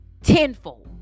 tenfold